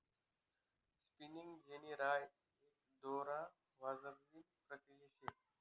spinning jenny राय एक दोरा बजावणी प्रक्रिया शे